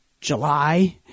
July